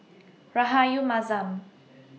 Rahayu Mahzam